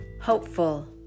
hopeful